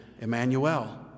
Emmanuel